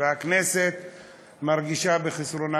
והכנסת מרגישה בחסרונה,